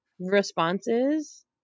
responses